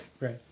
Right